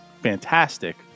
fantastic